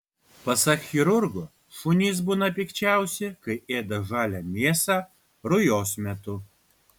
pasak chirurgo šunys būna pikčiausi kai ėda žalią mėsą rujos metu